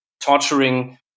torturing